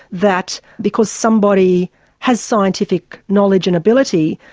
that because somebody has scientific knowledge and ability,